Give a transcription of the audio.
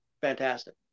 fantastic